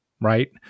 right